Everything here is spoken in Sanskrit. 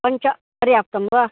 पञ्च पर्याप्तं वा